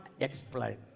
explain